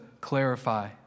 clarify